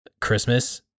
Christmas